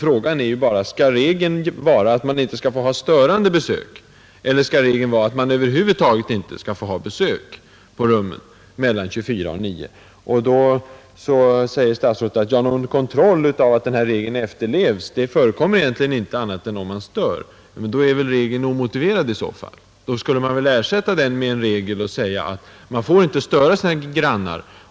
Frågan är bara: Skall regeln vara att man inte får ha störande besök, eller skall regeln vara att man över huvud taget inte får ha besök på rummen mellan kl. 24.00 och kl. 9.00? Statsrådet sade att någon kontroll av att den här regeln efterlevs egentligen inte förekommer annat än om man stör. I så fall är väl regeln omotiverad? Då borde den ersättas med en regel som säger att man inte får störa sina grannar.